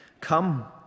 Come